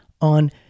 on